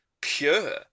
pure